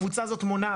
הקבוצה הזאת מונה,